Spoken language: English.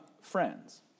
friends